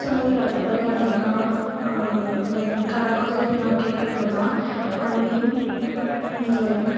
so मागीर राती कोडे हांव तेंकां लायक घारा कोडेय बीन हांव कॅक कट कोतां आनी लायक